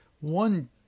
one